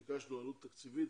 ביקשנו עלות תקציבית,